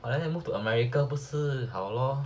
!wah! like that moved to america 不是好 lor